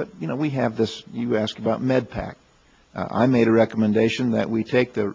but you know we have this you ask about med pac i made a recommendation that we take the